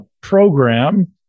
program